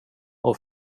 och